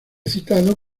citado